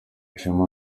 ishema